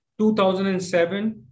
2007